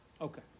Okay